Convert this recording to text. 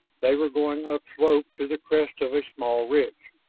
they were going upslope to the crest of a small ridge.